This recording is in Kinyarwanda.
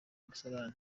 musarani